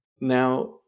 Now